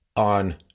on